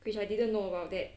which I didn't know about that